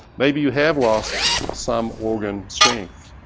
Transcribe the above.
maybe you have lost some organ strength,